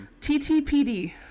TTPD